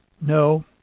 no